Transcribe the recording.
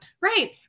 Right